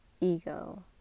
Ego